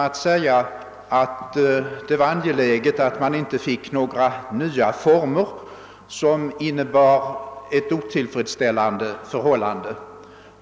Jag sade att det var angeläget att man inte fick några nya former som innebar ett otillfredsställande förhållande.